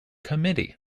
committee